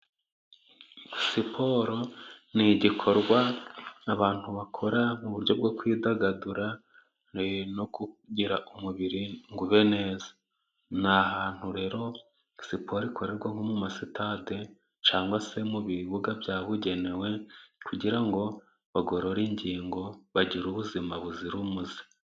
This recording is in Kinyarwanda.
Siporo ni igikorwa abantu bakora mu buryo bwo kwidagadura no kugira umubiri ngo ube neza. Ni ahantu rero siporo ikorerwa nko mu masitade cyangwa se mu bibuga byabugenewe, kugira ngo bagorore ingingo bagire ubuzima buzira umuze.